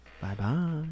Bye-bye